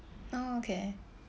oh okay